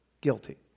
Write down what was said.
guilty